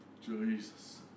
Jesus